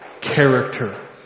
character